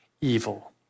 evil